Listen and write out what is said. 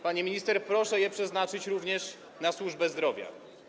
Pani minister, proszę je przeznaczyć również na służbę zdrowia.